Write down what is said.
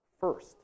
first